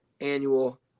annual